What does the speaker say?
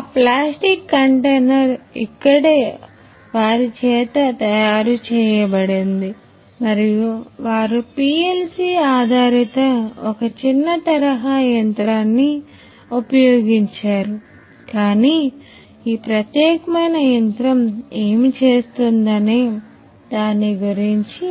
ఆ plastic container ఇక్కడే వారిచేతతయారు చేయబడింది మరియు వారు PLC ఆధారిత ఒక చిన్న తరహా యంత్రాన్ని ఉపయోగించారు కానీ ఈ ప్రత్యేకమైన యంత్రం ఏమి చేస్తుందనే దాని గురించి